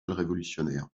révolutionnaire